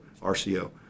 RCO